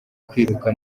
kwiruka